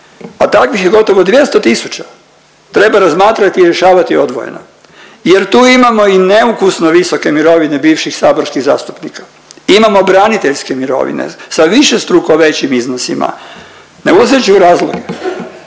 a takvih je gotovo 200 tisuća treba razmatrati i rješavati odvojeno jer tu imamo i neukusno visoke mirovine bivših saborskih zastupnika, imamo braniteljske mirovine sa višestruko većim iznosima, ne ulazeći u razloge.